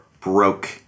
broke